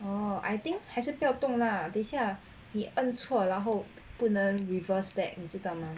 oh I think 还是不要动 lah 等一下你按错然后不能 reverse back 你知道吗